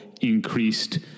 Increased